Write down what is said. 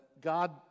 God